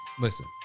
listen